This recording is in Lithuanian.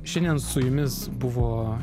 šiandien su jumis buvo